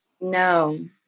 no